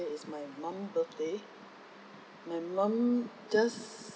is my mum birthday my mum just